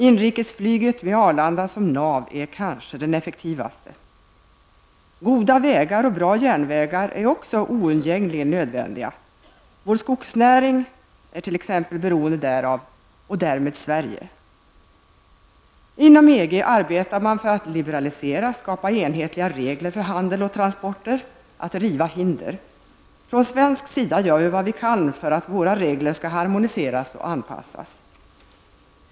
Inrikesflyget med Arlanda som nav är kanske den effektivaste. Goda vägar och bra järnvägar är också oumgängligen nödvändiga. Exempelvis vår skogsnäring är beroende därav, och därmed Sverige. Inom EG arbetar man för att liberalisera och för att skapa enhetliga regler för handel och transporter, att riva hinder. Från svensk sida gör vi vad vi kan för att våra regler skall harmoniseras och anpassas.